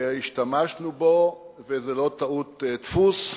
והשתמשנו בו, וזו לא טעות דפוס.